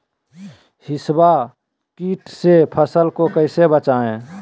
हिसबा किट से फसल को कैसे बचाए?